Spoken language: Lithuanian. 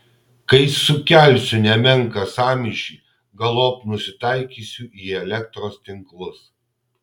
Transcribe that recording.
kai sukelsiu nemenką sąmyšį galop nusitaikysiu į elektros tinklus